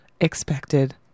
expected